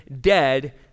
dead